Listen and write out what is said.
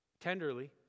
Tenderly